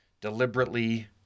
deliberately